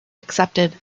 accepted